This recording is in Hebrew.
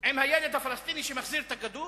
עם הילד הפלסטיני שמחזיר את הכדור,